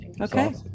okay